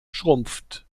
schrumpft